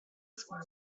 school